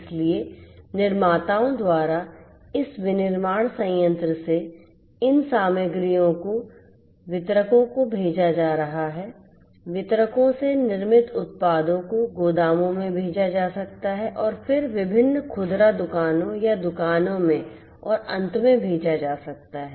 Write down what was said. इसलिए निर्माताओं द्वारा इस विनिर्माण संयंत्र से इन सामग्रियों को वितरकों को भेजा जा रहा है वितरकों से निर्मित उत्पादों को गोदामों में भेजा जा सकता है और फिर विभिन्न खुदरा दुकानों या दुकानों में और अंत में भेजा जा सकता है